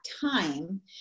time